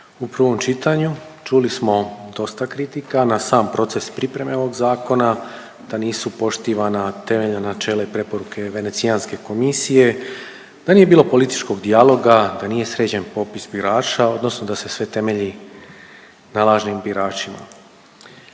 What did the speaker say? U prvom čitanju čuli smo dosta kritika na sam proces pripreme ovog zakona da nisu poštivana temeljna načela i preporuke Venecijanske komisije, da nije bilo političkog dijaloga, da nije sređen popis birača, odnosno da se sve temelji na lažnim biračima.